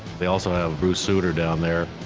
they also have bruce sutter down there.